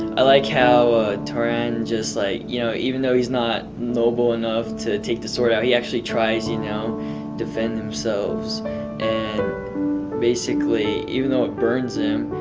i like how ah turan just like you know even though he's not noble enough to take the sword out he actually tries, you know defends himself and basically even though it burns him